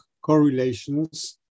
correlations